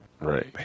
Right